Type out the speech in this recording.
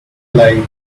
lie